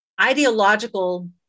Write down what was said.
ideological